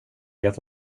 vet